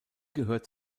gehört